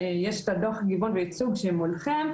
יש את הדו"ח גיוון וייצוג שמולכם,